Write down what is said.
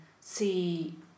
see